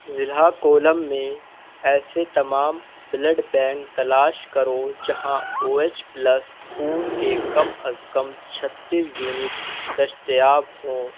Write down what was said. ضلع کولم میں ایسے تمام بلڈ بینک تلاش کرو جہاں او ایچ پلس خون کے کم از کم چھتی یونٹ دستیاب ہوں